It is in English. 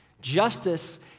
Justice